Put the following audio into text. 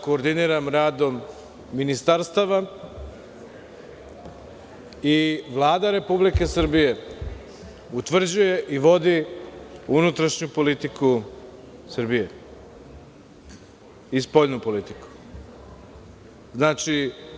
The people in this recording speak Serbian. Koordiniram radom ministarstava i Vlada Republike Srbije utvrđuje i vodi unutrašnju politiku Srbije i spoljnu politiku.